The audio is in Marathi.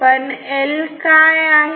पण L काय आहे